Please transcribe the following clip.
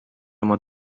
oma